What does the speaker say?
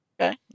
Okay